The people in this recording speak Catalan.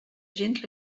gens